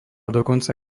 dokonca